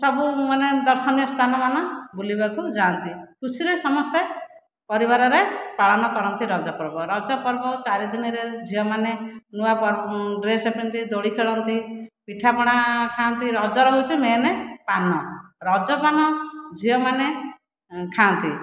ସବୁ ମାନେ ଦର୍ଶନୀୟ ସ୍ଥାନମାନ ବୁଲିବାକୁ ଯାଆନ୍ତି ଖୁସିରେ ସମସ୍ତେ ପରିବାରରେ ପାଳନ କରନ୍ତି ରଜପର୍ବ ରଜପର୍ବ ଚାରିଦିନରେ ଝିଅମାନେ ନୂଆ ଡ୍ରେସ୍ ପିନ୍ଧି ଦୋଳି ଖେଳନ୍ତି ପିଠାପଣା ଖାଆନ୍ତି ରଜରେ ହେଉଛି ମେନ୍ ପାନ ରଜପାନ ଝିଅମାନେ ଖାଆନ୍ତି